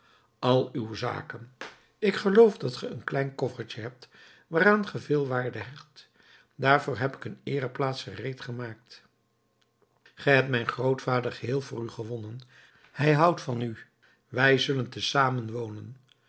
al uw zaken ik geloof dat ge een klein koffertje hebt waaraan ge veel waarde hecht daarvoor heb ik een eereplaats gereed gemaakt ge hebt mijn grootvader geheel voor u gewonnen hij houdt van u wij zullen te